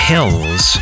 Hills